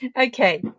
Okay